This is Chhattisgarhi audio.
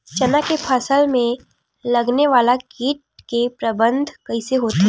चना के फसल में लगने वाला कीट के प्रबंधन कइसे होथे?